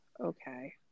okay